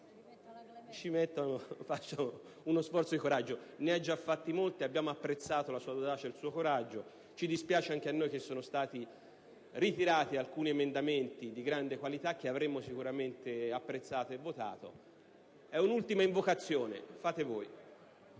relatore, faccia uno sforzo di coraggio, ne ha già fatti molti; abbiamo apprezzato la sua audacia ed il suo coraggio e ci dispiace che siano stati ritirati emendamenti di grande qualità che avremmo sicuramente apprezzato e votato. È un'ultima invocazione, fate voi.